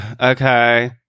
okay